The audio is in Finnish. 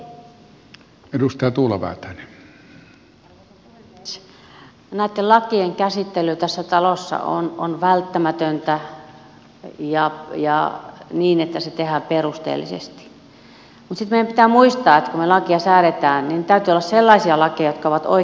näitten lakien käsittely tässä talossa on välttämätöntä ja niin että se tehdään perusteellisesti mutta sitten meidän pitää muistaa että kun me lakeja säädämme niin niiden täytyy olla sellaisia lakeja jotka ovat oikeasti käyttökelpoisia